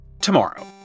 tomorrow